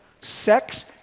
Sex